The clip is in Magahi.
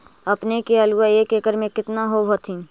अपने के आलुआ एक एकड़ मे कितना होब होत्थिन?